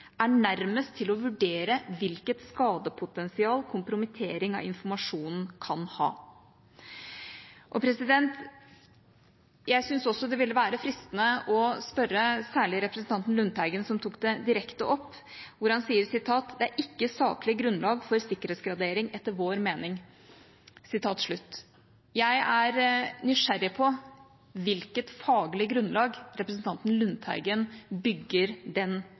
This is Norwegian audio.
er nærmest til å vurdere hvilket skadepotensial kompromittering av informasjonen kan ha. Jeg syns også det ville være fristende å spørre særlig representanten Lundteigen, som tok det direkte opp. Han sier at «det ikke er saklig grunnlag for gradering etter sikkerhetsloven, sett fra vårt ståsted». Jeg er nysgjerrig på hvilket faglig grunnlag representanten Lundteigen bygger den